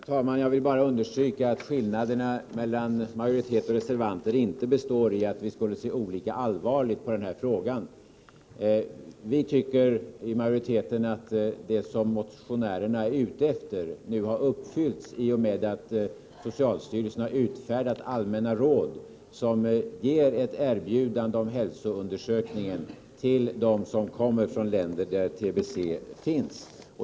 Herr talman! Jag vill bara understryka att skillnaderna mellan majoritet och reservanter inte består i att vi skulle se olika allvarligt på den här frågan. Majoriteten anser att det som motionärerna är ute efter nu har uppfyllts i och med att socialstyrelsen har utfärdat allmänna råd om att hälsoundersökningar skall erbjudas dem som kommer från länder där TBC finns.